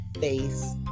face